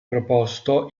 proposto